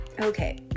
Okay